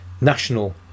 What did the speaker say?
national